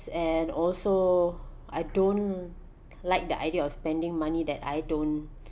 and also I don't like the idea of spending money that I don't